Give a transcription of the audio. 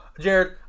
Jared